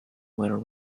were